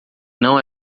não